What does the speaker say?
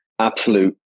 absolute